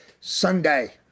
Sunday